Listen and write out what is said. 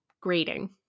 grading